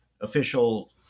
official